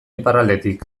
iparraldetik